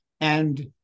And-